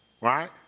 right